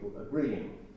agreeing